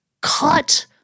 cut